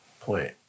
point